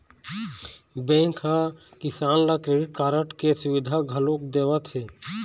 bank ह किसान ल क्रेडिट कारड के सुबिधा घलोक देवत हे